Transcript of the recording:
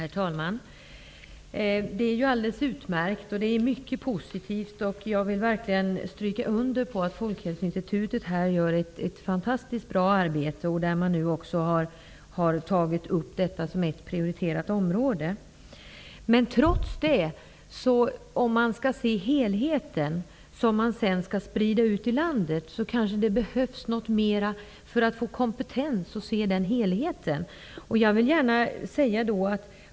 Herr talman! Det är ju alldeles utmärkt och mycket positivt. Jag vill verkligen understryka att Folkhälsoinstitutet gör ett fantastiskt bra arbete och att det nu har tagit upp detta som ett prioriterat område. Men man behöver kanske också sprida ut arbetet något mera i landet för att få större kompetens och för att mera kunna se till helheten.